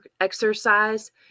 exercise